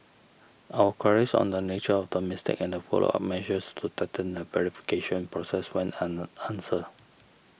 our queries on the nature of the mistake and the follow up measures to tighten the verification process went unanswered